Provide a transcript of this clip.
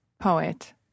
poet